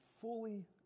fully